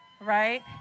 right